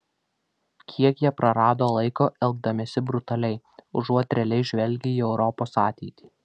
kiek jie prarado laiko elgdamiesi brutaliai užuot realiai žvelgę į europos ateitį